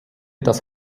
das